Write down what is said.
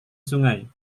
sungai